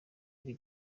iri